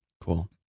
Cool